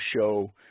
show